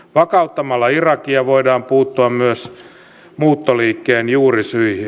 vakauttamalla irakia voidaan puuttua myös muuttoliikkeen juurisyihin